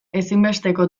ezinbesteko